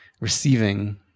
receiving